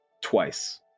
Twice